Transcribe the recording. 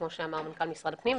כמו שאמר מנכ"ל משרד הפנים,